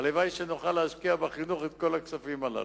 הלוואי שנוכל להשקיע בחינוך את כל הכספים הללו.